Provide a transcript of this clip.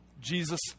Jesus